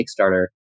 Kickstarter